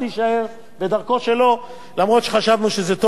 גם אם חשבנו שזה טוב ל-95% מהגמלאים.